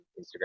Instagram